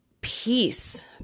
peace